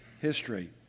history